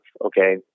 Okay